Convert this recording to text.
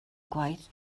gwaith